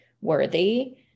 worthy